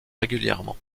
régulièrement